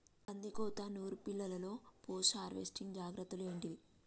కందికోత నుర్పిల్లలో post harvesting జాగ్రత్తలు ఏంటివి?